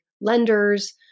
lenders